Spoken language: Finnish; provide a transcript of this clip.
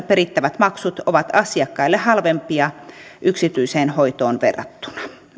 perittävät maksut ovat asiakkaille halvempia yksityiseen hoitoon verrattuna